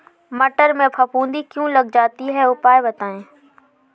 मटर में फफूंदी क्यो लग जाती है उपाय बताएं?